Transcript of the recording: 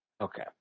Okay